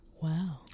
Wow